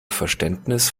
verständnis